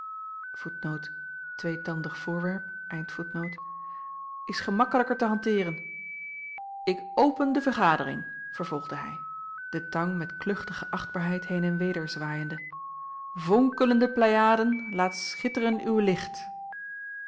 is gemakkelijker te hanteeren ik open de vergadering vervolgde hij de tang met kluchtige achtbaarheid heen en weder zwaaiende vonkelende pleiaden laat schitteren uw licht